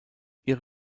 ihre